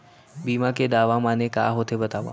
बीमा के दावा माने का होथे बतावव?